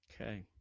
Okay